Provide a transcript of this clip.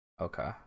Okay